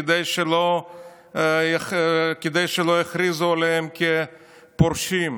כדי שלא יכריזו עליהם כפורשים.